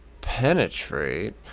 penetrate